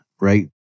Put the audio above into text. right